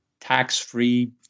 tax-free